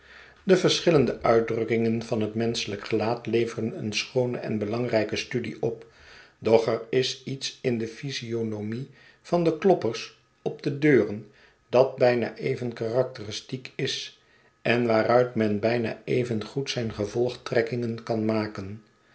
de verschillende uitdrukkingen van het menschelijk gelaat leveren een schoone en belangrijke studie op doch er is iets in de physiognomie van de kloppers op de deuren dat bijna even karakteristiek is en waaruit men bijna even goed zijn gevolgtrekkingen kan maken